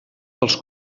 dels